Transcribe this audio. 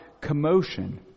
commotion